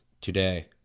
today